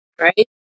Right